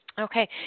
Okay